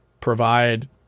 provide